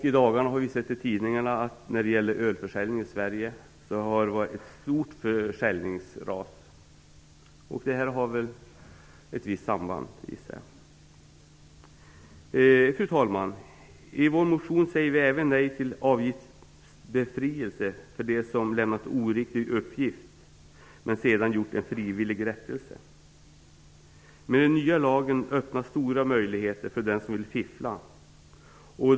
I dagarna har vi kunnat läsa i tidningarna att det har varit ett stort försäljningsras för ölförsäljningen i Sverige. Jag gissar att det har ett visst samband. Fru talman! I vår motion säger vi även nej till avgiftsbefrielse för den som lämnar oriktig uppgift men senare gjort en frivillig rättelse. Med den nya lagen öppnas stora möjligheter för den som vill fiffla.